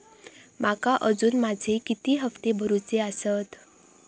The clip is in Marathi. माका अजून माझे किती हप्ते भरूचे आसत?